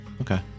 Okay